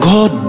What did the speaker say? God